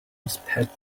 inspect